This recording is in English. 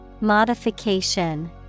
Modification